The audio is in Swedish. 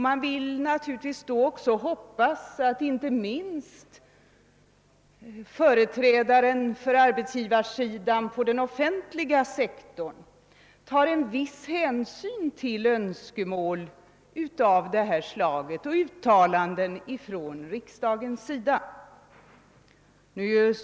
Man vill naturligtvis då också hoppas att inte minst företrädaren för arbetsgivarsidan på den offentliga sektorn tar en viss hänsyn till önskemål och uttalanden av detta slag från riks dagen.